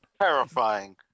terrifying